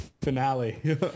finale